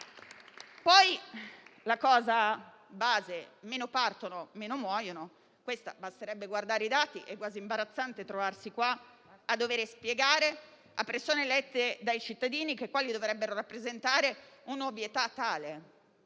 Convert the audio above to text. semplice: meno partono, meno muoiono; basterebbe guardare i dati. È quasi imbarazzante trovarsi qui a dovere spiegare a persone elette dai cittadini - che li dovrebbero rappresentare - una tale